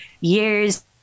years